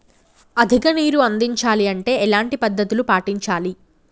అధిక నీరు అందించాలి అంటే ఎలాంటి పద్ధతులు పాటించాలి?